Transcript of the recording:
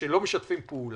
שלא משתפים פעולה.